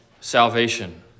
salvation